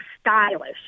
stylish